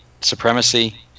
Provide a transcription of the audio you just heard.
supremacy